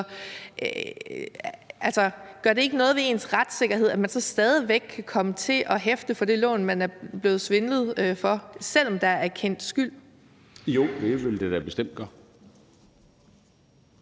osv. Gør det ikke noget ved ens retssikkerhed, at man så stadig væk kan komme til at hæfte for det lån, man er blevet udsat for svindel i forbindelse med, selv om der er erkendt